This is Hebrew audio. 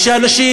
ושאנשים,